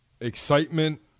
excitement